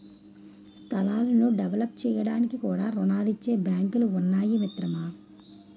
స్థలాలను డెవలప్ చేయడానికి కూడా రుణాలిచ్చే బాంకులు ఉన్నాయి మిత్రమా